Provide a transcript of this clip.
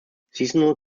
seasonal